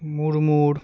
Murmu